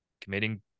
committing